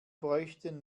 bräuchten